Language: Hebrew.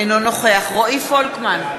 אינו נוכח רועי פולקמן,